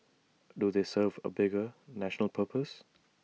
do they serve A bigger national purpose